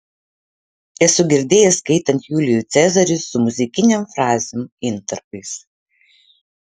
esu girdėjęs skaitant julijų cezarį su muzikinėm frazėm intarpais